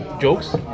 jokes